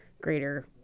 greater